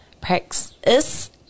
Praxis